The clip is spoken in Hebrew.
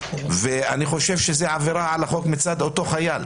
ואני חושב שזה עבירה על החוק מצד אותו חייל.